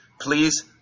Please